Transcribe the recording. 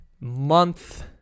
month